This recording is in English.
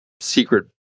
secret